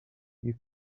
you